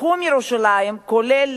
תחום ירושלים כולל,